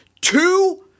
two